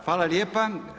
Hvala lijepa.